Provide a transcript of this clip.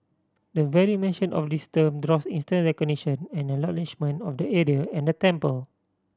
the very mention of this term draws instant recognition and acknowledgement of the area and the temple